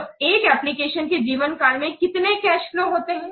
तो एक एप्लीकेशन के जीवन काल में कितने कैश फ्लोजहोते हैं